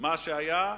שמה שהיה,